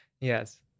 Yes